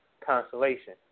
Constellation